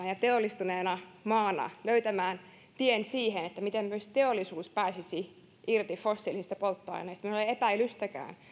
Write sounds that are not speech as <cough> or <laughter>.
<unintelligible> ja teollistuneena maana löytämään tien siihen miten myös teollisuus pääsisi irti fossiilisista polttoaineista minulla ei ole epäilystäkään